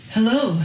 Hello